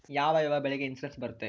ಯಾವ ಯಾವ ಬೆಳೆಗೆ ಇನ್ಸುರೆನ್ಸ್ ಬರುತ್ತೆ?